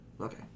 Okay